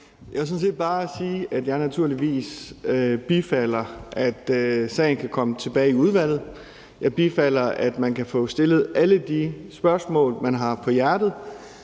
Jeg vil sådan set bare sige, at jeg naturligvis bifalder, at sagen kan komme tilbage i udvalget. Jeg bifalder, at man kan få stillet alle de spørgsmål, man har på hjerte,